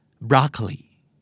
Broccoli